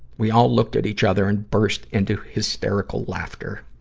we all looked at each other and burst into hysterical laughter.